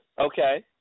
Okay